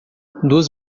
duas